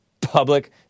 public